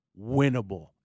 winnable